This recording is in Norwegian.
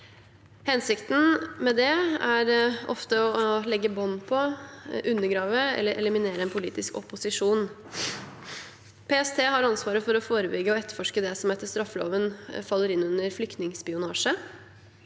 Hensikten med det er ofte å legge bånd på, undergrave eller eliminere en politisk opposisjon. PST har ansvaret for å forebygge og etterforske det som etter straffeloven faller inn under flyktningspionasje.